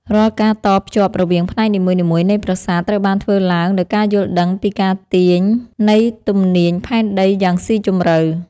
រាល់ការតភ្ជាប់រវាងផ្នែកនីមួយៗនៃប្រាសាទត្រូវបានធ្វើឡើងដោយការយល់ដឹងពីការទាញនៃទំនាញផែនដីយ៉ាងស៊ីជម្រៅ។